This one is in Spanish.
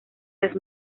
las